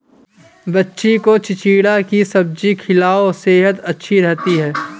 बच्ची को चिचिण्डा की सब्जी खिलाओ, सेहद अच्छी रहती है